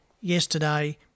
yesterday